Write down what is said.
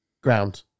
ground